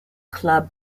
club